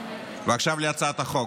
עכשיו להצעת החוק,